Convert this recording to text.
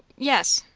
yes.